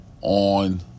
On